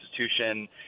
institution